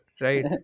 right